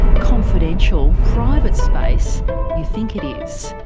confidential, private space you think it is.